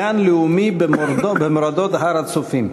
גן לאומי במורדות הר-הצופים.